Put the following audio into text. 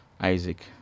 Isaac